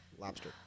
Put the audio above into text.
Lobster